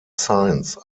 science